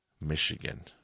Michigan